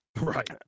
Right